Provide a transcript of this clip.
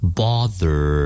bother